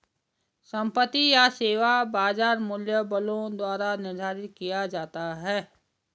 संपत्ति या सेवा का बाजार मूल्य बलों द्वारा निर्धारित किया जाता है